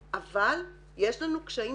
אבל רציתי שתדעי שאני יודעת.